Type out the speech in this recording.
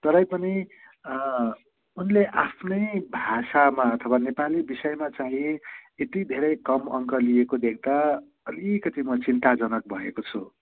तरै पनि उनले आफ्नै भाषामा अथवा नेपाली विषयमा चाहिँ यति धेरै कम अङ्क लिएको देख्दा अलिकति म चिन्ताजनक भएको छु